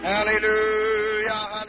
Hallelujah